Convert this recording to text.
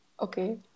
Okay